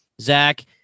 Zach